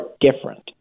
different